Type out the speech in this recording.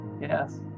Yes